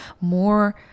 more